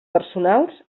personals